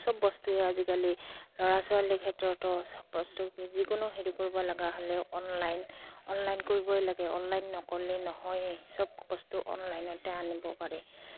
চব বস্তুৱে আজিকালি ল'ৰা ছোৱালীৰ ক্ষেত্ৰতো চব বস্তু যিকোনো হেৰি কৰিব লগা হ'লেও অনলাইন অনলাইন কৰিবই লাগে অনলাইন নকৰিলে নহয়েই চব বস্তু অনলাইনতে আনিব পাৰি